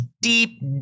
deep